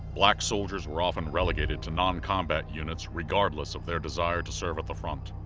black soldiers were often relegated to non-combat units regardless of their desire to serve at the front.